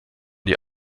die